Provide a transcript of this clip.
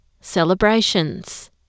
celebrations